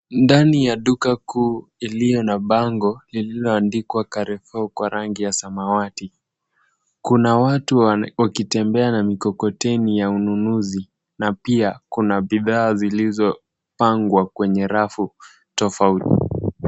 Ndani ya duka kuu iliyo na bango lililoandikwa carrefour kwa rangi ya samawati. Kuna watu wakitembea na mikokoteni ya ununuzi na pia kuna bidhaa zilizopangwa kwenye rafu tofauti.